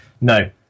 No